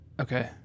Okay